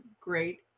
great